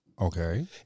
Okay